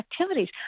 activities